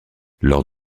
lors